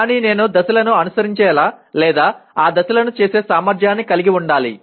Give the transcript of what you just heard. కానీ నేను దశలను అనుసరించేలా లేదా ఆ దశలను చేసే సామర్థ్యాన్ని కలిగి ఉండాలి